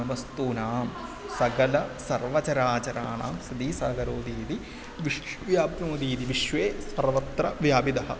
वस्तूनां सगलसर्वचराचराणां सिदी सः गरोदीदि विश्वदीदि विश् व्याप्नोति इति विश्वे सर्वत्र व्यापिदः